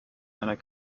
einer